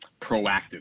proactive